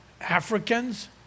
Africans